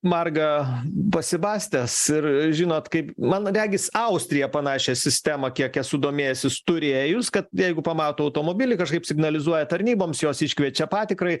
margą pasibastęs ir žinot kaip man regis austrija panašią sistemą kiek esu domėjęsis turėjus kad jeigu pamato automobilį kažkaip signalizuoja tarnyboms jos iškviečia patikrai